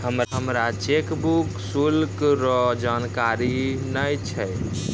हमरा चेकबुक शुल्क रो जानकारी नै छै